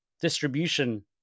distribution